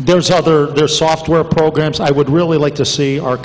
there's other there software programs i would really like to see o